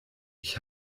ich